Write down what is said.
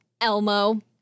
Elmo